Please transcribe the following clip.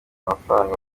amafaranga